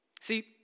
See